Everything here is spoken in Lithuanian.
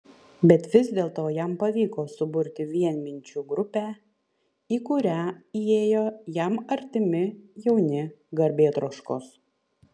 bet vis dėlto jam pavyko suburti vienminčių grupę į kurią įėjo jam artimi jauni garbėtroškos